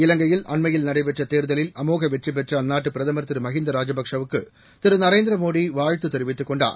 இலங்கையில் அண்மையில் நடைபெற்ற தேர்தலில் அமோக வெற்றிபெற்ற அந்நாட்டு பிரதமர் திரு மகிந்தா ராஜபக்ஷே க்கு திரு நரேந்திரமோடி வாழ்த்து தெரிவித்துக் கொண்டார்